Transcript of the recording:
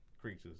creatures